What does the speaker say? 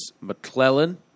McClellan